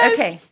Okay